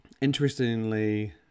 Interestingly